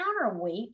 counterweight